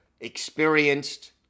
experienced